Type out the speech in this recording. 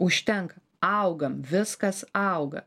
užtenka auga viskas auga